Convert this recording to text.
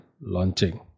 launching